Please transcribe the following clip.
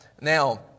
Now